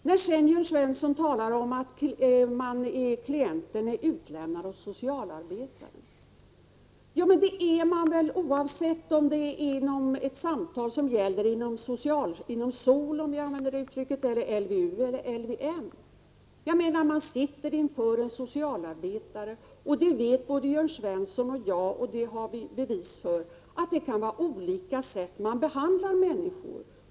Jörn Svensson talar om att klienten är utlämnad åt socialarbetarna. Ja, men det är man väl oavsett om det är ett samtal enligt socialtjänstlagen, LVU eller LVM? Man sitter inför en socialarbetare. Både Jörn Svensson och jag vet — det har vi bevis för — att människor kan behandlas på olika vis.